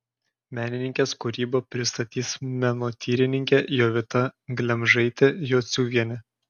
menininkės kūrybą pristatys menotyrininkė jovita glemžaitė jociuvienė